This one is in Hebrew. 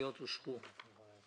הצבעה בעד